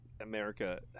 America